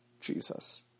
Jesus